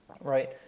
Right